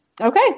Okay